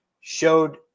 showed